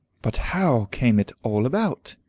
but how came it all about?